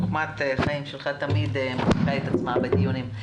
חכמת החיים שלך תמיד מוכיחה את עצמה בדיונים.